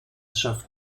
schafft